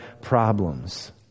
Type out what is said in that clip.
problems